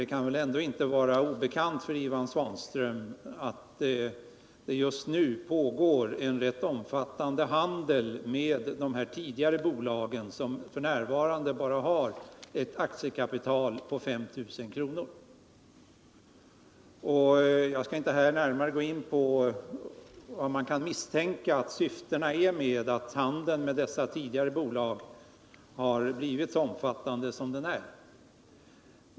Det kan väl ändå inte vara obekant för Ivan Svanström att det just nu pågår en rätt omfattande handel med de gamla bolagen, som f.n. bara har ett aktiekapital på 5 000 kr.? Jag skall inte här närmare gå in på vilka misstankar man kan hysa om syftena bakom det förhållandet att handeln med dessa gamla bolag har blivit så omfattande som den är.